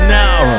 now